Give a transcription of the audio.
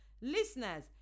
Listeners